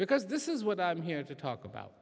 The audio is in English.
because this is what i'm here to talk about